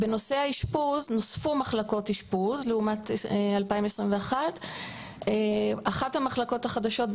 נושא האשפוז נוספו מחלקות אשפוז לעומת 2021. אחת המחלקות החדשות,